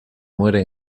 muere